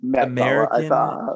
American